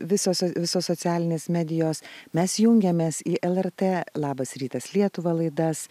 visos visos socialinės medijos mes jungiamės į lrt labas rytas lietuva laidas